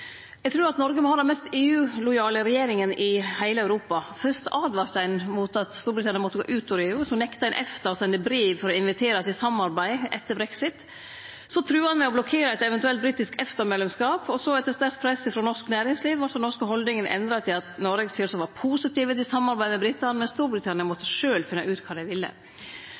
Eg trur at Noreg må ha den mest EU-lojale regjeringa i heile Europa. Fyrst åtvara ein mot at Storbritannia skulle gå ut av EU, så nekta ein EFTA å sende brev for å invitere til samarbeid etter brexit, så trua ein med å blokkere eit eventuelt britisk EFTA-medlemskap, og så, etter sterkt press frå norsk næringsliv, vart den norske haldninga endra til at Noreg sjølvsagt var positiv til samarbeid med britane, men Storbritannia måtte sjølve finne ut kva dei ville.